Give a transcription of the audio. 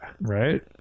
Right